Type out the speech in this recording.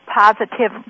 positive